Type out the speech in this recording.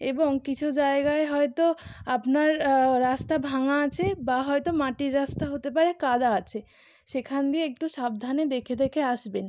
এবং কিছু জায়গায় হয়তো আপনার রাস্তা ভাঙা আছে বা হয়তো মাটির রাস্তা হতে পারে কাদা আছে সেখান দিয়ে একটু সাবধানে দেখে দেখে আসবেন